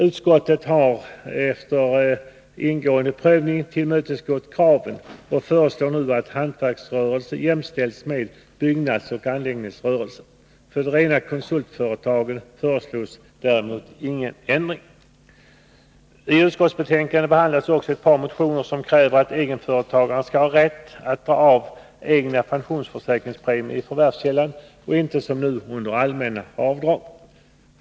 Utskottet har efter ingående prövning tillmötesgått kraven och föreslår nu att hantverksrörelse jämställs med byggnadsoch anläggningsrörelse. Beträffande de rena konsultföretagen föreslås däremot ingen ändring. T utskottsbetänkandet behandlas också ett par motioner där det krävs att egenföretagaren skall ha rätt att dra av egna pensionsförsäkringspremier i förvärvskällan och inte som nu under allmänna avdrag.